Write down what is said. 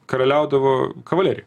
karaliaudavo kavalerija